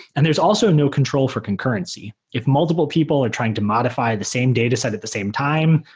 and there's also no control for concurrency. if multiple people are trying to modify the same dataset at the same time,